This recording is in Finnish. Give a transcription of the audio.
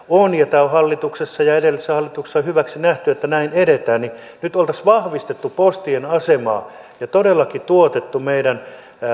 on ja kun tämä on hallituksessa ja edellisessä hallituksessa hyväksi nähty että näin edetään niin nyt oltaisiin vahvistettu postien asemaa ja todellakin tuotettu meidän